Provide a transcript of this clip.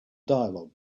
dialog